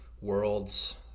worlds